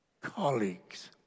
colleagues